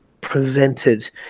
prevented